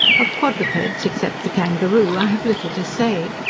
of quadrupeds, except the kangaroo, i have little to say.